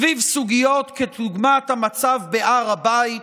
סביב סוגיות כדוגמת המצב בהר הבית,